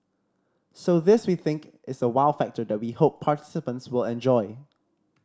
so this we think is a wow factor that we hope participants will enjoy